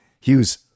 Hughes